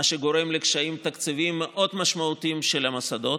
מה שגורם לקשיים תקציביים מאוד קשים של המוסדות.